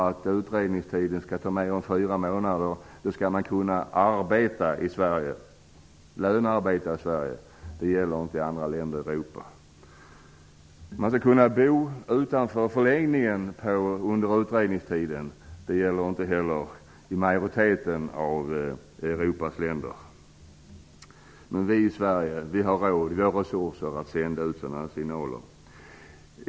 Om utredningstiden kan väntas ta mer än fyra månader skall man kunna lönearbeta i Sverige. Det gäller inte i övriga länder i Europa. Man skall kunna bo utanför förläggningen under utredningstiden. Detta gäller inte heller i majoriteten av Europas länder. Men i Sverige har vi råd och resurser att sända ut sådana här signaler.